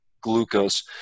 glucose